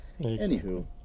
Anywho